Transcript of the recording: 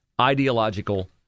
ideological